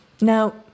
Now